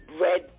red